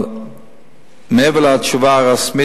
אבל מעבר לתשובה הרשמית,